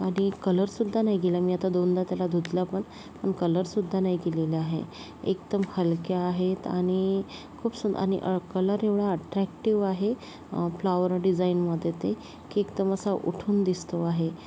आणि कलरसुद्धा नाही गेला मी आता दोनदा त्याला धुतला पण पण कलरसुद्धा नाही गेलेला आहे एकदम हलक्या आहेत आणि खूप सु आणि कलर एवढा ॲट्रॅक्टिव्ह आहे फ्लावर डिझाईनमधे ते की एकदम असा उठून दिसतो आहे